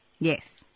Yes